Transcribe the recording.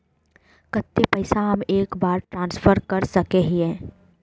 केते पैसा हम एक बार ट्रांसफर कर सके हीये?